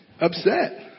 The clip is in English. upset